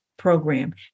program